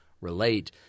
relate